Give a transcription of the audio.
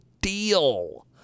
deal